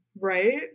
Right